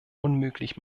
unmöglich